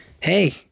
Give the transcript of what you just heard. hey